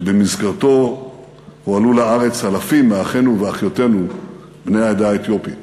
שבמסגרתו הועלו לארץ אלפים מאחינו ואחיותינו בני העדה האתיופית.